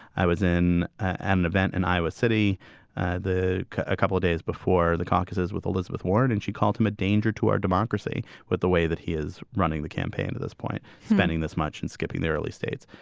i was in an event in iowa city the a couple of days before the caucuses with elizabeth warren, and she called him a danger to our democracy with the way that he is running the campaign to this point. spending this much and skipping the early states,